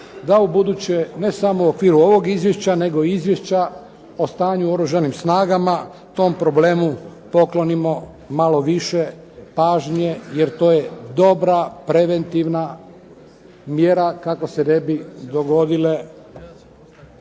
da u buduće ne samo u okviru ovog izvješća nego izvješća o stanju o Oružanim snagama tom problemu poklonimo malo više pažnje. Jer to je dobra preventivna mjera kako se ne bi dogodile